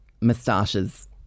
moustaches